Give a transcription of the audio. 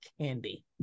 candy